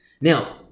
Now